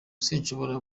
sinshobora